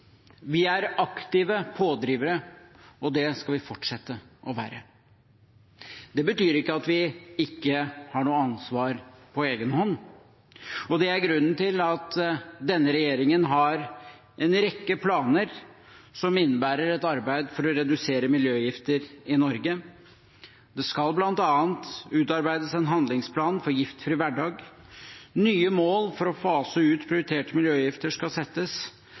Vi er aktive pådrivere, og det skal vi fortsette å være. Det betyr ikke at vi ikke har noe ansvar på egen hånd. Det er grunnen til at denne regjeringen har en rekke planer, som innebærer et arbeid for å redusere miljøgifter i Norge. Det skal bl.a. utarbeides en handlingsplan for giftfri hverdag, og nye mål for å fase ut prioriterte miljøgifter skal settes.